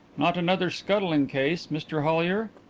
not another scuttling case, mr hollyer?